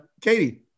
katie